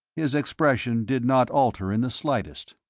his expression did not alter in the slightest.